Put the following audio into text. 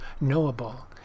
knowable